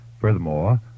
Furthermore